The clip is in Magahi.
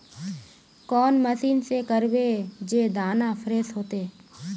कौन मशीन से करबे जे दाना फ्रेस होते?